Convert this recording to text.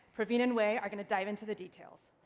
praveen and wei are going to dive into the details.